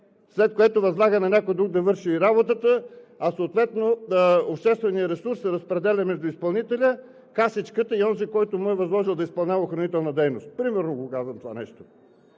след което възлага на някой друг да върши работата, а съответно общественият ресурс се разпределя между изпълнителя, касичката и онзи, който му е възложил да изпълнява охранителната дейност – примерно го казвам това нещо,